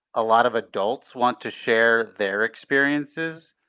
a lot of adults want to share their experiences.